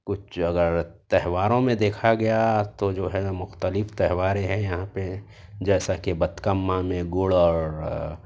کچھ اگر تہواروں میں اگر دیکھا گیا تو جو ہے مختلف تہواریں ہیں یہاں پہ جیسا کہ بتکماں میں گڑ اور